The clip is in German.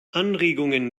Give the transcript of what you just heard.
anregungen